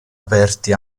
aperti